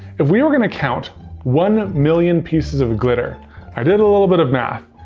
if we were gonna count one million pieces of glitter i did a little bit of math,